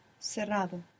cerrado